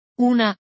Una